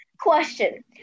Question